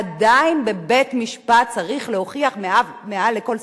עדיין, בבית-משפט צריך להוכיח מעל לכל ספק,